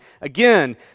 again